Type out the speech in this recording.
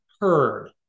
heard